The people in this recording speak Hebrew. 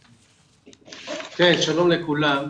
כן, שלום לכולם.